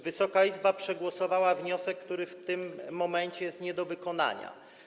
Wysoka Izba przegłosowała wniosek, który w tym momencie jest nie do wykonania.